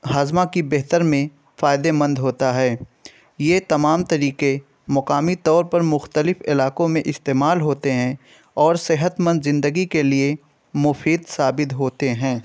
ہاضمہ کی بہتر میں فائدے مند ہوتا ہے یہ تمام طریقے مقامی طور پر مختلف علاقوں میں استعمال ہوتے ہیں اور صحتمند زندگی کے لیے مفید ثابد ہوتے ہیں